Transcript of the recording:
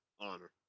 honor